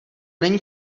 není